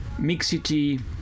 mixity